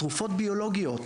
תרופות ביולוגיות,